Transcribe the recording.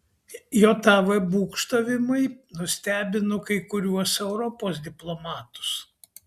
jav būgštavimai nustebino kai kuriuos europos diplomatus